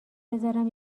بذارم